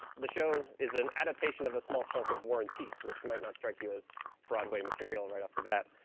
the show is an adaptation of a small chunk of war and peace, which might not strike you as broadway material right off the bat.